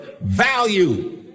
value